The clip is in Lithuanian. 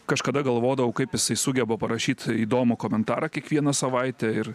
kažkada galvodavau kaip jisai sugeba parašyt įdomų komentarą kiekvieną savaitę ir